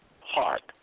heart